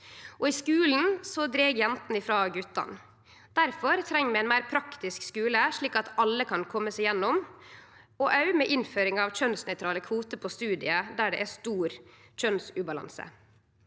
I skulen dreg jentene frå gutane. Difor treng vi ein meir praktisk skule, slik at alle kan kome seg gjennom, òg med innføring av kjønnsnøytrale kvoter på studium der det er stor kjønnsubalanse.